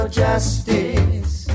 justice